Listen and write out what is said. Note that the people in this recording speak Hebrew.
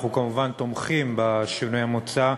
אנחנו כמובן תומכים בשינוי המוצע.